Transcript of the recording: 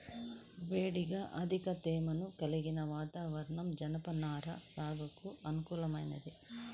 వేడిగా అధిక తేమను కలిగిన వాతావరణం జనపనార సాగుకు అనుకూలమైంది